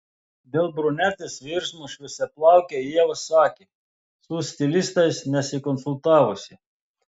dėl brunetės virsmo šviesiaplauke ieva sakė su stilistais nesikonsultavusi